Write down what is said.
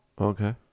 Okay